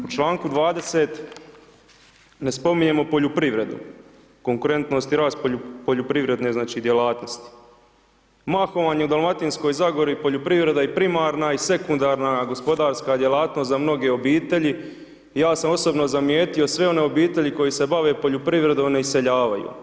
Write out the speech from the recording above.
U članku 20. ne spominjemo poljoprivrednu, konkurentnosti i rast poljoprivredne znači djelatnosti, mahom vam je u Dalmatinskoj zagori poljoprivreda i primarna i sekundarna gospodarska djelatnost za mnoge obitelji, ja sam osobno zamijetio sve one obitelji koje se bave poljoprivrednom ne iseljavaju.